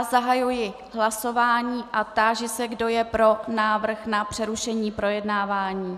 Zahajuji hlasování a táži se, kdo je pro návrh na přerušení projednávání.